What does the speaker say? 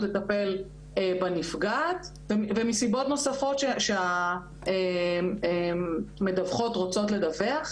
לטפל בנפגעת ומסיבות נוספות שהמדווחות רוצות לדווח.